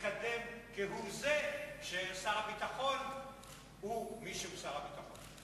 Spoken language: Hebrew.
להתקדם אפילו כהוא-זה כששר הביטחון הוא מי שהוא שר הביטחון.